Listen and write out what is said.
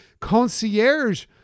Concierge